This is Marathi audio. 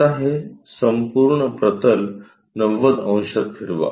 आता हे संपूर्ण प्रतल 90 अंशात फिरवा